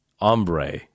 hombre